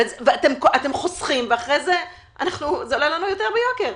אתם חוסכים ואחרי זה עולה לנו יותר ביוקר.